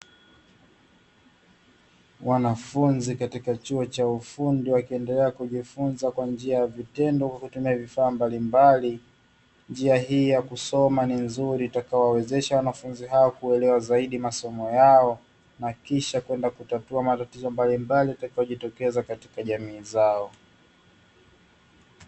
Wanafunzi katika chuo cha ufundi wakiendelea kujifunza kwa njia ya vitendo kwa kutumia vifaa mbalimbali, njia hii ya kusoma ni nzuri itakayowawezesha wanafunzi hao kuelewa zaidi masomo yao na kisha kwenda kutatua matatizo mbalimbali yatakayojitokeza katika jamii zao.